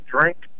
drink